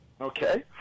Okay